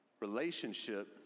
relationship